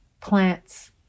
plants